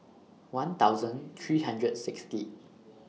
one thousand three hundred Sixth